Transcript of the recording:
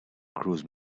cruise